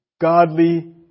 godly